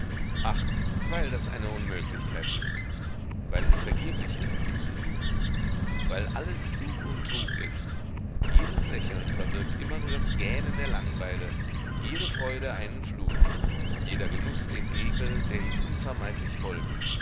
ach weil das eine unmöglichkeit ist weil es vergeblich ist ihn zu suchen weil alles lug und trug ist jedes lächeln verbirgt immer nur das gähnen der langweile jede freude einen fluch jeder genuß den ekel der ihm unvermeidlich folgt